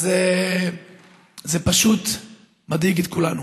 זה פשוט מדאיג את כולנו.